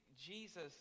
Jesus